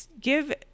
give